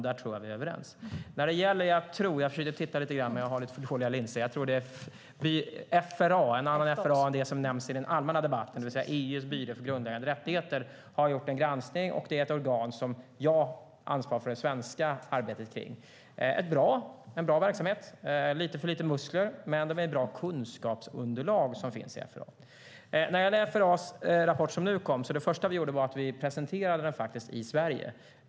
Där tror jag att vi är överens. FRA, en annan FRA än den som nämns i den allmänna debatten, det vill säga EU:s byrå för grundläggande rättigheter, har gjort en granskning. Det är ett organ där jag ansvarar för den svenska delen av arbetet. Det är en bra verksamhet men med lite för lite muskler. Det finns dock ett bra kunskapsunderlag i FRA. När det gäller den FRA-rapport som nyligen kom presenterades den först i Sverige.